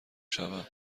شوم